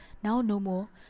now no more,